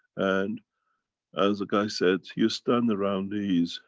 and as a guy said, you stand around these,